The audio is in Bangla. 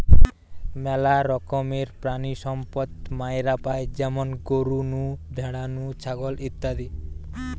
মেলা রকমের প্রাণিসম্পদ মাইরা পাই যেমন গরু নু, ভ্যাড়া নু, ছাগল ইত্যাদি